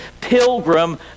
pilgrim